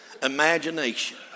Imagination